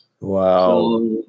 wow